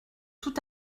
tout